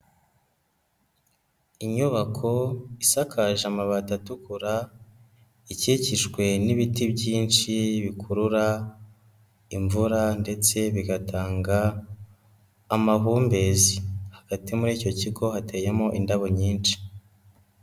Inyubako isakaje amabati atukura, ikikijwe n'ibiti byinshi bikurura imvura ndetse bigatanga amahumbezi. Hagati muri icyo kigo hateyemo indabo nyinshi.